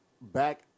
back